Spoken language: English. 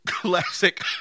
Classic